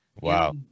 wow